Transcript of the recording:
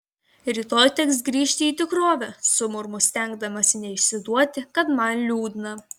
rytoj teks grįžti į tikrovę sumurmu stengdamasi neišsiduoti kad man liūdna